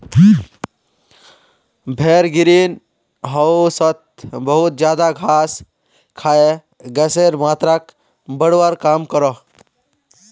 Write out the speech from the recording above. भेड़ ग्रीन होउसोत बहुत ज्यादा घास खाए गसेर मात्राक बढ़वार काम क्रोह